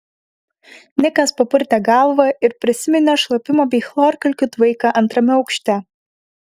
nikas papurtė galvą ir prisiminė šlapimo bei chlorkalkių tvaiką antrame aukšte